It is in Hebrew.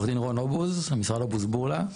שלום, עו"ד רון אובוז ממשרד אובוז בורלא.